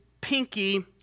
pinky